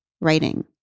writing